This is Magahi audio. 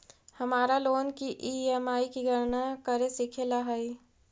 हमारा लोन की ई.एम.आई की गणना करे सीखे ला हई